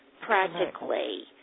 practically